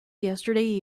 yesterday